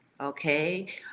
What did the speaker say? okay